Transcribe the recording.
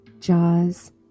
jaws